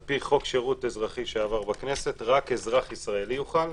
על פי חוק שירות אזרחי שעבר בכנסת רק אזרח ישראלי יוכל.